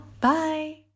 Bye